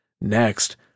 Next